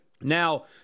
Now